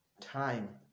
Time